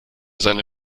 seine